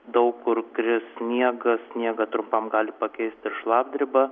daug kur kris sniegas sniegą trumpam gali pakeist ir šlapdriba